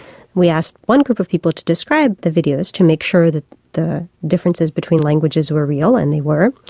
we asked one group of people to describe the videos to make sure that the differences between languages were real, and they were.